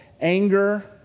anger